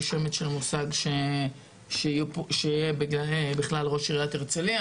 שמץ של מושג שיהיה פה ראש עיריית הרצליה,